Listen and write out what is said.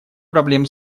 проблем